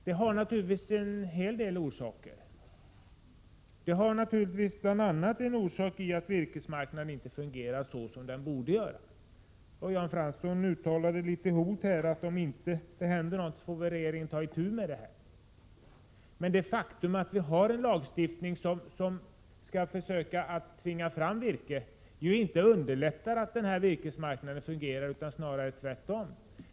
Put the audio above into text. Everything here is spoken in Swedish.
Det har naturligtvis en hel del orsaker, bl.a. den att virkesmarknaden inte fungerar så som den borde göra. Jan Fransson uttalade ett visst hot om att om det inte händer något får regeringen ta itu med detta. Men att vi har en lagstiftning som skall försöka tvinga fram virke underlättar inte virkesmarknadens funktion utan snarare tvärtom.